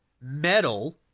metal